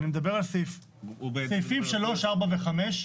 לא, אני מדבר על סעיפים 3, 4, ו-5.